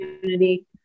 community